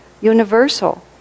universal